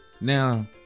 Now